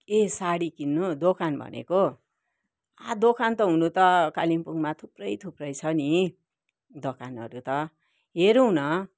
ए सारी किन्नु दोकान भनेको आ दोकान त हुनु त कालिम्पोङमा थुप्रै थुप्रै छ नि दोकानहरू त हेरौँ न